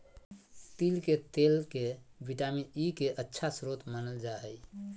तिल के तेल के विटामिन ई के अच्छा स्रोत मानल जा हइ